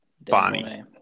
Bonnie